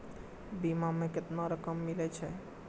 बीमा में केतना रकम मिले छै?